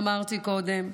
אמרתי קודם.